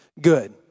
good